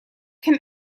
can